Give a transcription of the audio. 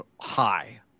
high